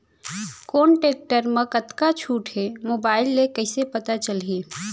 कोन टेकटर म कतका छूट हे, मोबाईल ले कइसे पता चलही?